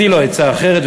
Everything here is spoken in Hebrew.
השיא לו עצה אחרת,